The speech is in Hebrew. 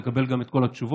לקבל גם את כל התשובות.